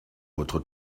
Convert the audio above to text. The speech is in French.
votre